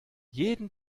jeden